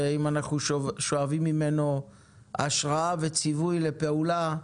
ואם אנחנו שואבים ממנו השראה וציווי לפעולה,